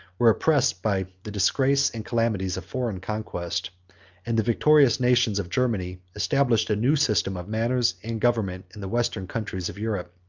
were oppressed by the disgrace and calamities of foreign conquest and the victorious nations of germany established a new system of manners and government in the western countries of europe.